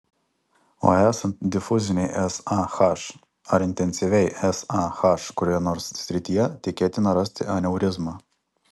o esant difuzinei sah ar intensyviai sah kurioje nors srityje tikėtina rasti aneurizmą